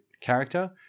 character